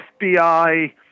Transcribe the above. FBI